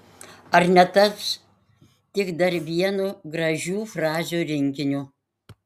ar netaps tik dar vienu gražių frazių rinkiniu